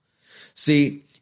See